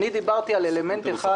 דיברתי על אלמנט אחד,